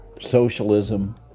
socialism